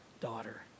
daughter